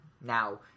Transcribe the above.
now